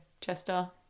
Chester